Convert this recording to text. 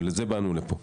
ולזה באנו לפה.